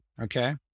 Okay